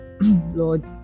lord